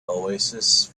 oasis